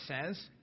says